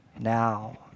now